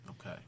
Okay